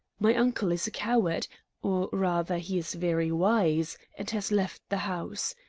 my uncle is a coward or rather he is very wise, and has left the house.